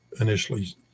initially